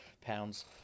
pounds